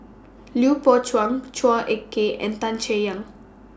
Lui Pao Chuen Chua Ek Kay and Tan Chay Yan